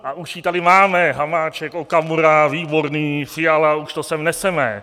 A už ji tady máme Hamáček, Okamura, Výborný, Fiala, už to sem neseme.